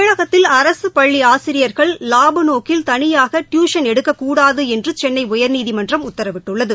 தமிழகத்தில் அரசுப் பள்ளிஆசிரியர்கள் லாபநோக்கில் தனியாகடியூஷன் எடுக்கக்கூடாதுஎன்றுசென்னைஉயர்நீதிமன்றம் உத்தரவிட்டுள்ளது